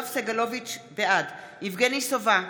בעד יבגני סובה,